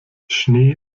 schnee